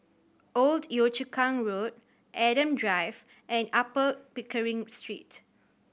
Old Yio Chu Kang Road Adam Drive and Upper Pickering Street